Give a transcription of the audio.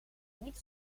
niet